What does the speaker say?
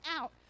out